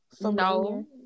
No